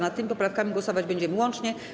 Nad tymi poprawkami głosować będziemy łącznie.